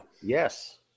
Yes